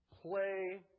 play